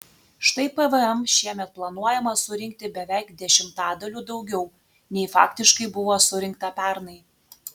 štai pvm šiemet planuojama surinkti beveik dešimtadaliu daugiau nei faktiškai buvo surinkta pernai